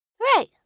Right